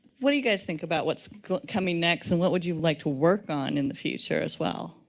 what do you guys think about what's coming next and what would you like to work on in the future as well?